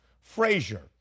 Frazier